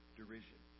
derision